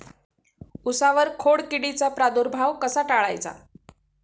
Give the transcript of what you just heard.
उसावर खोडकिडीचा प्रादुर्भाव कसा टाळायचा?